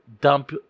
dump